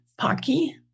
Paki